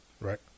right